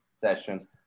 session